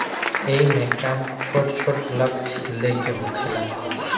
एईमे काम छोट छोट लक्ष्य ले के होखेला